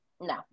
No